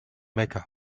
mecca